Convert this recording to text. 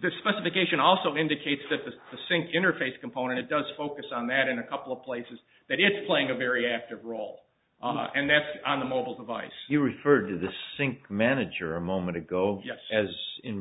the specification also indicates that this the sync interface component does focus on that in a couple of places that it's playing a very active role and that's on the mobile device you referred to the sync manager a moment ago just as in